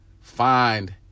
find